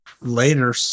later